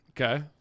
okay